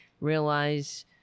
realize